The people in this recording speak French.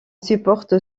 supporte